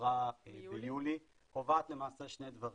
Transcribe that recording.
שהועברה ביולי קובעת שני דברים.